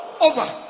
over